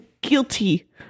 guilty